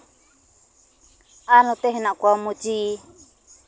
ᱟᱨ ᱱᱚᱛᱮ ᱦᱮᱱᱟᱜ ᱠᱚᱣᱟ ᱢᱩᱪᱤ